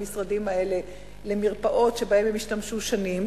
המשרדים האלה למרפאות שבהן הם ישתמשו שנים.